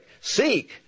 seek